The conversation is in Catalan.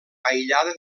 aïllada